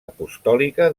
apostòlica